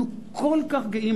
אנחנו כל כך גאים,